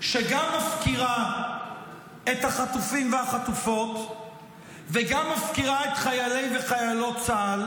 שגם מפקירה את החטופים והחטופות וגם מפקירה את חיילי וחיילות צה"ל,